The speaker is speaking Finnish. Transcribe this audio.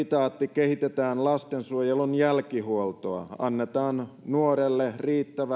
kehitetään lastensuojelun jälkihuoltoa annetaan nuorelle riittävä